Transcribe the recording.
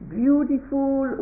beautiful